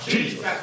Jesus